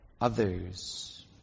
others